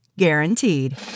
guaranteed